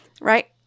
right